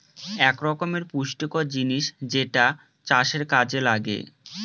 এক রকমের পুষ্টিকর জিনিস যেটা চাষের কাযে লাগে